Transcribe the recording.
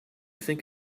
think